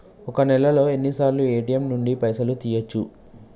ఒక్క నెలలో ఎన్నిసార్లు ఏ.టి.ఎమ్ నుండి పైసలు తీయచ్చు?